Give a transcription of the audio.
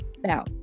Now